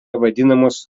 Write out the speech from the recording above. vadinamos